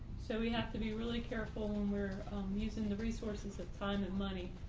so we have to be really careful when we're using the resources of time and money.